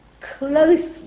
closely